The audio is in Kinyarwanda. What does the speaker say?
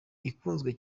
ikunzwe